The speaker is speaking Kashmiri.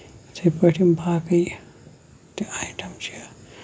یِتھٕے پٲٹھۍ باقٕے تہِ آیٹم چھِ